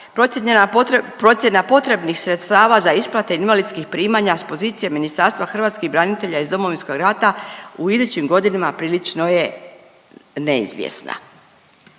procjena potrebnih sredstava za isplate invalidskih primanja s pozicije Ministarstva hrvatskih branitelja iz Domovinskog rata u idućim godinama prilično je neizvjesna.